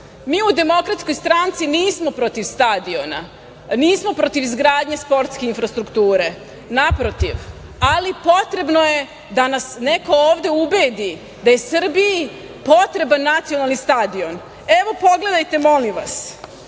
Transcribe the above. DS nismo protiv stadiona, nismo protiv stadiona, nismo protiv izgradnje sportske infrastrukture, naprotiv, ali potrebno je da nas neko ovde ubedi da je Srbiji potreban nacionalni stadion. Evo, pogledajte molim vas,